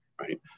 right